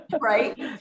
right